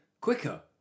quicker